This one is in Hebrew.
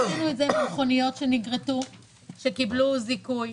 עשינו את זה עם המכוניות שנגרטו וקיבלו זיכוי,